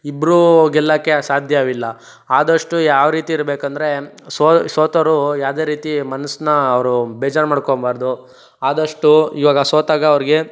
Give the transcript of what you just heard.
ಇಬ್ಬರು ಗೆಲ್ಲೋಕೆ ಸಾಧ್ಯವಿಲ್ಲ ಆದಷ್ಟು ಯಾವ ರೀತಿ ಇರಬೇಕೆಂದರೆ ಸೋತವರು ಯಾವುದೇ ರೀತಿ ಮನಸ್ಸನ್ನ ಅವರು ಬೇಜಾರು ಮಾಡ್ಕೋಬಾರ್ದು ಆದಷ್ಟು ಇವಾಗ ಸೋತಾಗ ಅವ್ರಿಗೆ